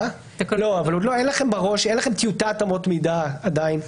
לא, אבל אין לכם טיוטת אמות מידה עדיין?